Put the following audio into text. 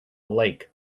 lake